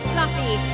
Fluffy